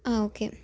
ആ ഓക്കേ